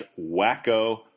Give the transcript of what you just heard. wacko